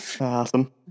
Awesome